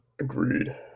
Agreed